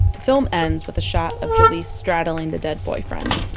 the film ends with a shot of jaleese straddling the dead boyfriend,